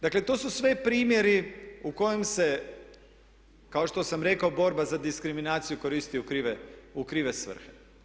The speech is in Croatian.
Dakle, to su sve primjeri u kojem se kao što sam rekao borba za diskriminaciju koristi u krive svrhe.